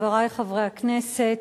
חברי חברי הכנסת,